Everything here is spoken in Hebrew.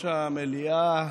יושב-ראש המליאה,